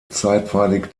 zeitweilig